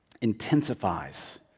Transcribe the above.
intensifies